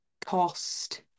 cost